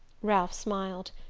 ralph smiled.